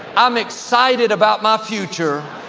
i'm excited about my future.